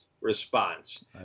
response